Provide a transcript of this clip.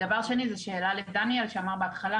דבר שני זו שאלה לדניאל שאמר בהתחלה,